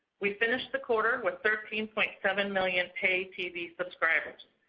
we finished the quarter with thirteen point seven million pay-tv subscribers,